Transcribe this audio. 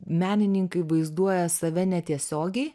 menininkai vaizduoja save netiesiogiai